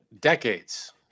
decades